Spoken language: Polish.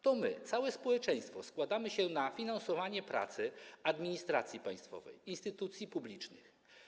To my, całe społeczeństwo, składamy się na finansowanie pracy administracji państwowej, instytucji publicznych.